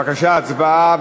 בבקשה, הצבעה.